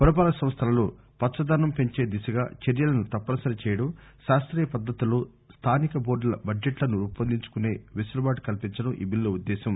పురపాలక సంస్థలలో పచ్చదనం పెంచే దిశగా చర్యలను తప్పనిసరి చేయడం శాస్త్రీయ పద్దతుల్లో స్థానిక బోర్దుల బడ్జెట్లను రూపొందించుకునే వెసులుబాటు కల్పించడం ఈ బిల్లు ఉద్దేశ్యం